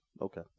okay